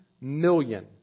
million